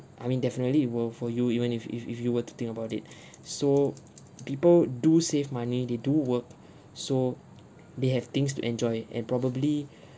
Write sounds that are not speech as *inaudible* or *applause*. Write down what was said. I mean definitely it will for you even if if if you were to think about it *breath* so people do save money they do work *breath* so they have things to enjoy and probably *breath*